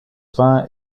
vin